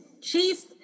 Chief